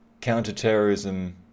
counter-terrorism